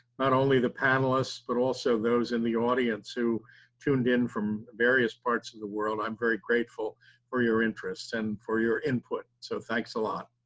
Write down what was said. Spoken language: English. not only the panelists, but also those in the audience who tuned in from various parts of the world, i'm very grateful for your interest and for your input, so thanks a lot!